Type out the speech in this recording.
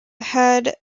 had